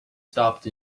stopped